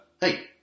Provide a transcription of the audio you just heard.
hey